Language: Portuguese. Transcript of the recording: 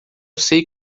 sei